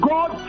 God